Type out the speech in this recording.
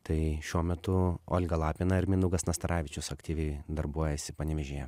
tai šiuo metu olga lapina ir mindaugas nastaravičius aktyviai darbuojasi panevėžyje